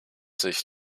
sich